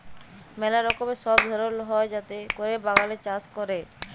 ম্যালা রকমের সব ধরল হ্যয় যাতে ক্যরে বাগানে চাষ ক্যরে